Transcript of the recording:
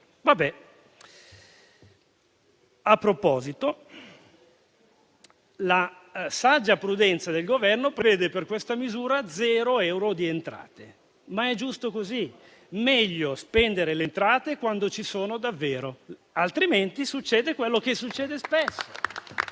tal proposito la saggia prudenza del Governo prevede per questa misura zero euro di entrate. È giusto così: meglio spendere le entrate quando ci sono davvero, altrimenti succede quello che accade spesso.